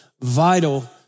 vital